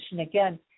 again